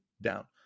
down